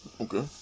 Okay